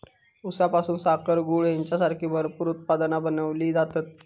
ऊसापासून साखर, गूळ हेंच्यासारखी भरपूर उत्पादना बनवली जातत